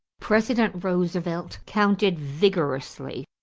president roosevelt countered vigorously.